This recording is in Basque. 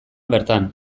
bertan